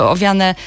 Owiane